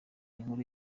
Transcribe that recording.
inkuru